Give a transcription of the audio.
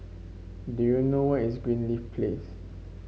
do you know where is Greenleaf Place